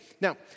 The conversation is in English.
Now